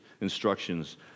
instructions